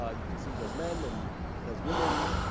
ah you can see there's men, and there's women.